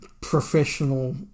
professional